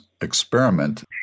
experiment